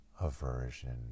aversion